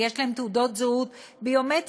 ויש להם תעודות זהות ביומטריות,